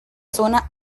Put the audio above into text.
zona